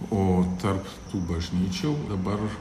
o tarp tų bažnyčių dabar